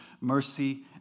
mercy